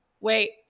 Wait